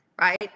Right